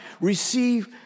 receive